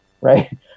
right